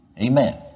Amen